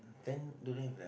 ten don't have ah